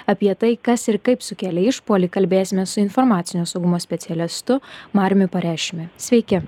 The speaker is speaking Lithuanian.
apie tai kas ir kaip sukėlė išpuolį kalbėsimės su informacinio saugumo specialistu mariumi pareščiumi sveiki